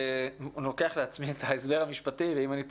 אני לוקח לעצמי את ההסבר המשפטי ואם אני טועה,